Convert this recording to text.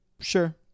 Sure